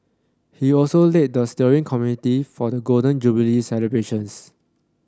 he also led the steering committee for the Golden Jubilee celebrations